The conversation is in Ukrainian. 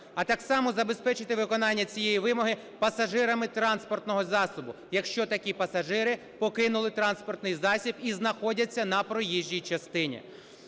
А так само забезпечити виконання цієї вимоги пасажирами транспортного засобу, якщо такі пасажири покинули транспортний засіб і знаходяться на проїжджій частині.